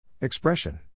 Expression